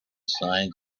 signs